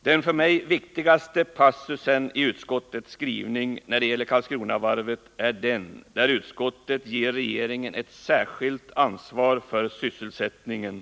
Den för mig viktigaste passusen i utskottets skrivning när det gäller Karlskronavarvet är den där utskottet ger regeringen ett särskilt ansvar för sysselsättningen.